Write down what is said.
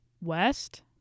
west